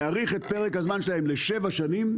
להאריך את פרק הזמן שלהם לשבע שנים,